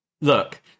look